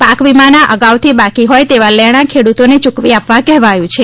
પાકવિમાના અગાઉથી બાકી હોય તેવા લેણાં ખેડૂતોને યૂકવી આપવા કહેવાયું છે